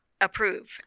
approve